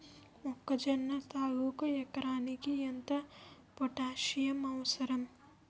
మొక్కజొన్న సాగుకు ఎకరానికి ఎంత పోటాస్సియం అవసరం?